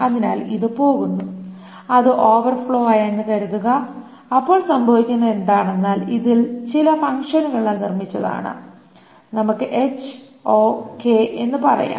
അതിനാൽ ഇത് പോകുന്നു അത് ഓവർഫ്ലോ ആയെന്നു കരുതുക അപ്പോൾ സംഭവിക്കുന്നത് എന്താണെന്നാൽ ഇത് ചില ഫങ്ക്ഷനുകളാൽ നിർമ്മിച്ചതാണ് നമുക്ക് എന്ന് പറയാം